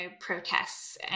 protests